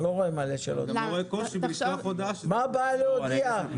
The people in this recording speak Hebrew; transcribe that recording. מה הבעיה להודיע?